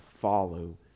follow